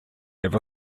ever